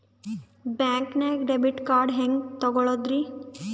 ಬ್ಯಾಂಕ್ದಾಗ debit card ಹೆಂಗ್ ತಗೊಳದ್ರಿ?